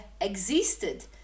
existed